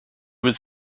was